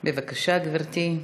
בבקשה, גברתי.